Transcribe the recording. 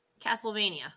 Castlevania